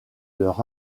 leur